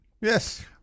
yes